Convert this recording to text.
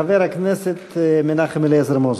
חבר הכנסת מנחם אליעזר מוזס.